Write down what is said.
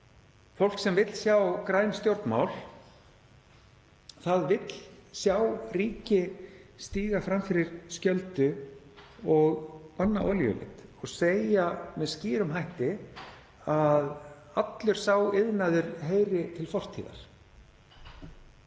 fólk sem vill sjá græn stjórnmál, vill sjá ríki stíga fram fyrir skjöldu og banna olíuleit og segja með skýrum hætti að allur sá iðnaður heyri til fortíðar.